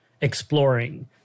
exploring